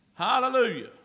Hallelujah